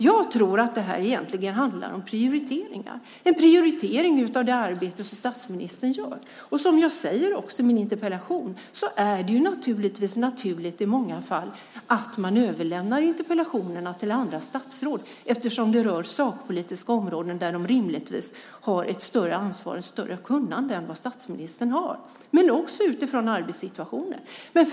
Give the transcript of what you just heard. Jag tror att detta egentligen handlar om prioriteringar, om prioriteringen av det arbete som statsministern gör. Som jag säger i min interpellation är det givetvis i många fall naturligt att överlämna interpellationerna till andra statsråd eftersom de rör sakpolitiska områden där dessa rimligtvis har ett större ansvar och ett större kunnande än statsministern. Likaså handlar det om arbetssituationen.